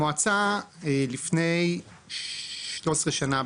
המועצה לפני 13 שנה,